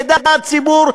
ידע הציבור,